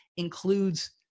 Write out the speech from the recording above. Includes